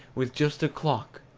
with just a clock,